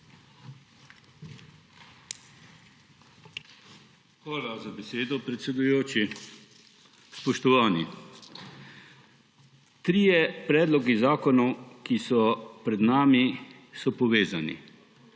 Hvala za besedo, predsedujoči. Spoštovani! Trije predlogi zakonov, ki so pred nami, so povezani,